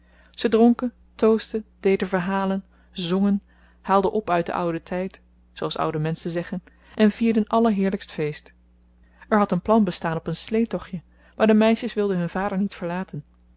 zij dronken toastten deden verhalen zongen haalden op uit den ouden tijd zooals oude menschen zeggen en vierden allerheerlijkst feest er had een plan bestaan op een sleetochtje maar de meisjes wilden hun vader niet verlaten